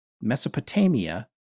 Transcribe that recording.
Mesopotamia